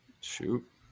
Shoot